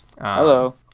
Hello